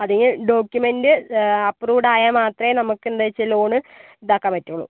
അത് കഴിഞ്ഞ് document approved ആയാൽ മാത്രമേ നമുക്കെന്താന്ന്വെച്ചാൽ ലോണ് ഇതാക്കാൻ പറ്റുവുള്ളു